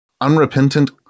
unrepentant